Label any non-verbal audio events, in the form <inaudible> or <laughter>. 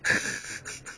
<laughs>